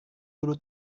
dulu